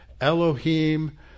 Elohim